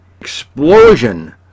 explosion